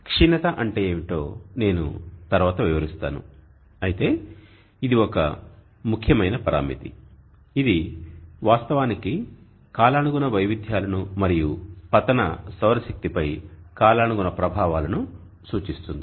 క్షీణత అంటే ఏమిటో నేను తరువాత వివరిస్తాను అయితే ఇది ఒక ముఖ్యమైన పరామితి ఇది వాస్తవానికి కాలానుగుణ వైవిధ్యాలను మరియు పతన సౌరశక్తిపై కాలానుగుణ ప్రభావాలను సూచిస్తుంది